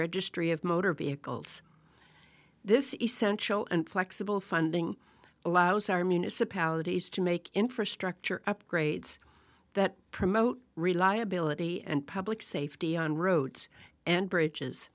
registry of motor vehicles this essential and flexible funding allows our municipalities to make infrastructure upgrades that promote reliability and public safety on roads and bridges